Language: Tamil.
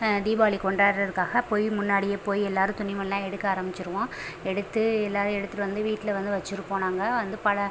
தீபாவளி கொண்டாடுறதுக்காக போய் முன்னாடியே போய் எல்லோரும் துணிமணிலாம் எடுக்க ஆரமிச்சுருவோம் எடுத்து எல்லோரும் எடுத்துட்டு வந்து வீட்டில் வந்து வெச்சுருப்போம் நாங்கள் வந்து பல